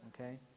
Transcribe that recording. okay